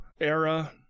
era